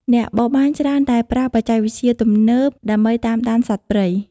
អ្នកបរបាញ់ច្រើនតែប្រើបច្ចេកវិទ្យាទំនើបដើម្បីតាមដានសត្វព្រៃ។